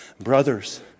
brothers